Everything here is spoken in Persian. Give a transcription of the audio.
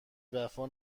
وفا